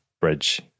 bridge